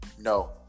No